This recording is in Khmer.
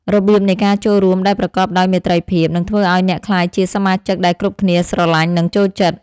របៀបនៃការចូលរួមដែលប្រកបដោយមេត្រីភាព នឹងធ្វើឱ្យអ្នកក្លាយជាសមាជិកដែលគ្រប់គ្នាស្រឡាញ់ និងចូលចិត្ត។